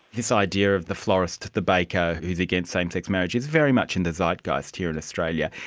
this idea of the florist, the baker who is against same-sex marriage, is very much in the zeitgeist here in australia.